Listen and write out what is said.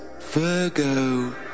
Virgo